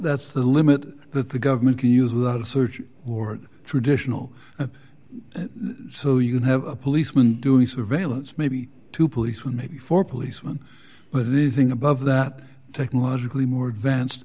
that's the limit that the government can use without a search warrant traditional so you can have a policeman doing surveillance maybe two policemen maybe four policeman but everything above that technologically more advanced